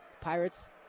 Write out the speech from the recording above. Pirates